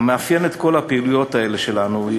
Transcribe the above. המאפיין את כל הפעילויות האלה שלנו הוא